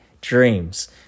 Dreams